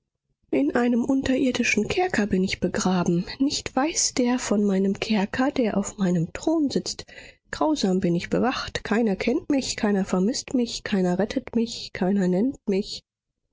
in einem unterirdischen kerker bin ich begraben nicht weiß der von meinem kerker der auf meinem thron sitzt grausam bin ich bewacht keiner kennt mich keiner vermißt mich keiner rettet mich keiner nennt mich